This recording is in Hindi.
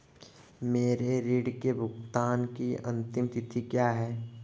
मेरे ऋण के भुगतान की अंतिम तिथि क्या है?